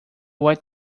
white